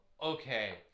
Okay